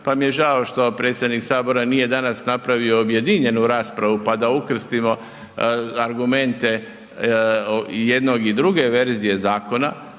osiguranju što predsjednik sabora nije danas napravio objedinjenu raspravu pa da ukrstimo argumente jednog i druge verzije zakona,